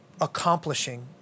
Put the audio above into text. accomplishing